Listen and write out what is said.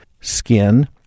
skin